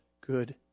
good